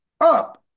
up